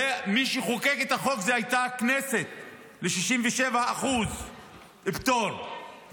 הרי מי שחוקק את החוק ל-67% פטור היה הכנסת,